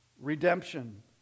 Redemption